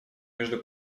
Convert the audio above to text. между